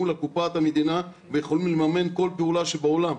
לקופת המדינה ויכולים לממן כל פעולה שבעולם.